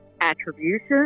attribution